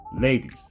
ladies